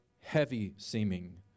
heavy-seeming